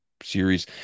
series